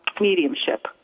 mediumship